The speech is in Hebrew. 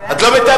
את לא מתאפקת?